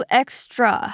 extra